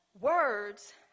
words